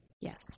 yes